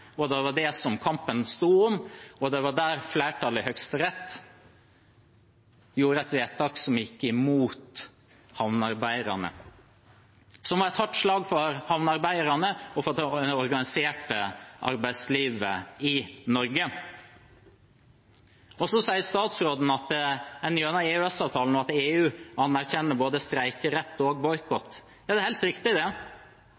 Det var det kampen sto om, og det var der flertallet i Høyesterett gjorde et vedtak som gikk imot havnearbeiderne, som var et hardt slag for havnearbeiderne og for det organiserte arbeidslivet i Norge. Så sier statsråden at en gjennom EØS-avtalen – og at EU – anerkjenner både streikerett og boikott.